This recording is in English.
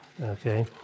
Okay